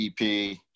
EP